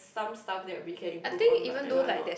some stuff that we can improve on but that one I'm not